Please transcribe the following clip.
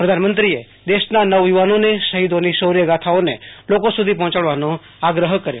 પ્રધાનમંત્રીએ દેશના વ યુવાનોને શહી દોની શૌર્ય ગાથાને લોકો સુધી પહોંચાડવાનો આંગ્રહ કર્યો